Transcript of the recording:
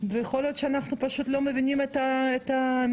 ויכול להיות שאנחנו פשוט לא מבינים את המציאות.